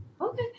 okay